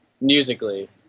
musically